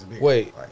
wait